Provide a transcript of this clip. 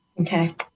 Okay